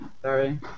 Sorry